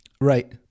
Right